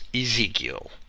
Ezekiel